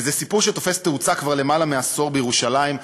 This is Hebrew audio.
וזה סיפור שתופס תאוצה כבר למעלה :מעשור בירושלים.